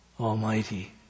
Almighty